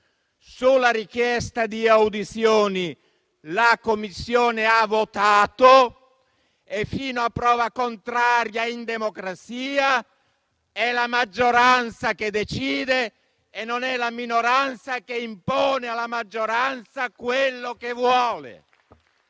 Sulla richiesta di audizioni la Commissione ha votato e, fino a prova contraria, in democrazia è la maggioranza che decide e non è la minoranza che impone alla maggioranza quello che vuole.